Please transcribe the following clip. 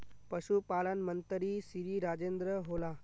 पशुपालन मंत्री श्री राजेन्द्र होला?